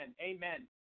Amen